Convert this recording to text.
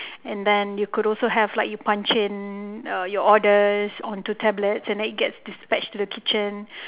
and then you could also have like you punch in your orders onto the tablet and it gets dispatched to the kitchen